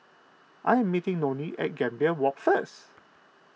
I am meeting Nonie at Gambir Walk first